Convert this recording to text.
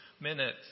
minutes